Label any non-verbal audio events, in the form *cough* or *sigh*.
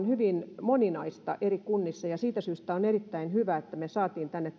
*unintelligible* hyvin moninaista eri kunnissa siitä syystä on erittäin hyvä että me saimme tänne *unintelligible*